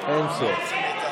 אין סוף.